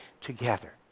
together